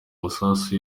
amasasu